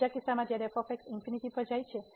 બીજા કિસ્સામાં જ્યારે f ∞ પર જાય છે